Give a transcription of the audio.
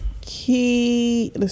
key